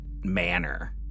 manner